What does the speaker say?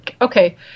okay